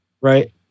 right